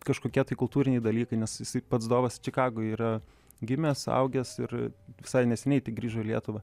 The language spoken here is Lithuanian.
kažkokie tai kultūriniai dalykai nes jisai pats dovas čikagoj yra gimęs augęs ir visai neseniai grįžo į lietuvą